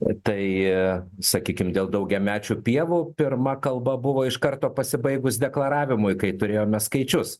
o tai sakykim dėl daugiamečių pievų pirma kalba buvo iš karto pasibaigus deklaravimui kai turėjome skaičius